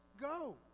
go